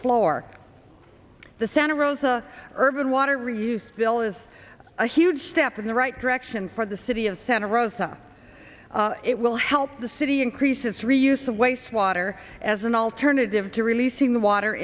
floor the santa rosa urban water reuse bill is a huge step in the right direction for the city of santa rosa it will help the city increase its reuse of wastewater as an alternative to releasing the water